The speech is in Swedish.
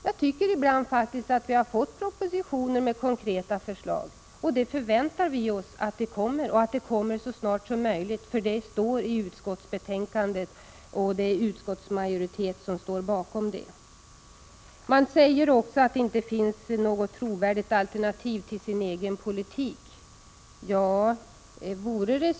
Jag tycker faktiskt att oppositionen ibland har lagt fram konkreta förslag, och vi förväntar oss nu sådana, eftersom utskottsmajoriteten har uttalat sig för detta i betänkandet. WSocialdemokraterna säger också att det inte finns något trovärdigt alternativ till den egna politiken.